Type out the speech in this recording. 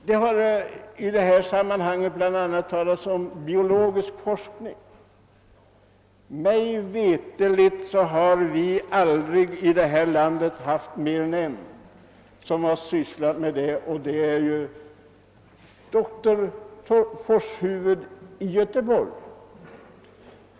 Det har i detta sammanhang bl a. talats om biologisk forskning. Mig veterligt har det dock i detta land inte varit mer än en som sysslat med den saken, och det är doktor Forshufvud i Göteborg.